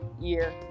year